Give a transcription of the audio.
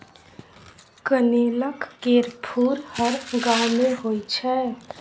कनेलक केर फुल हर गांव मे होइ छै